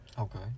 Okay